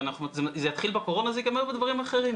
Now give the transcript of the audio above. וזה יתחיל בקורונה וזה יגמר בדברים אחרים.